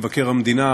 מבקר המדינה,